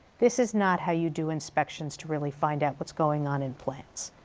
this is not how you do inspections to really find out what's going on in plants.